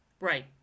right